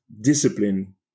discipline